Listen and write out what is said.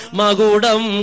magudam